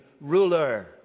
ruler